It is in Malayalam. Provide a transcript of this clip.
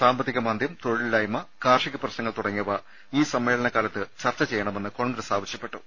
സാമ്പത്തിക മാന്ദ്യം തൊഴിലില്ലായ്മ കാർഷിക പ്രശ്നങ്ങൾ തുടങ്ങിയവ ഈ സമ്മേളന കാലത്ത് ചർച്ച ചെയ്യണമെന്ന് കോൺഗ്രസ് ആവശ്യപ്പെട്ടു